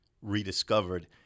rediscovered